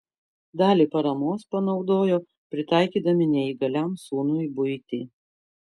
dalį paramos panaudojo pritaikydami neįgaliam sūnui buitį